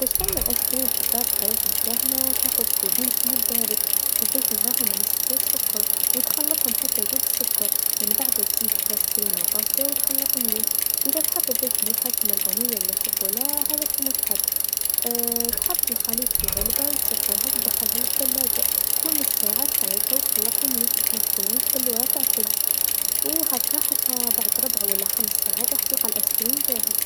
باش تعمل أيسكريم في الدار بطريقه سهله، تاخذ كوبين حليب بارد ضيف معاهم نصف كاس سكر و تخلطهم حتى يذوب السكر منبعد تزيد كاس كريمه طازجه و تخلط مليح اذا تحب تضيف نكها كيما فانيليا و لا شوكولاه هذا كيما تحب تحط الخليط في علبه و تسكرها و دخلها للثلاجه، كل نص ساعه تخرجها و تخلطها مليح باش متكونش بلورات تع الثلج و هاكا حتى بعد ربعا و لا خمس ساعات راح تلقى الأيسكريم جاهز.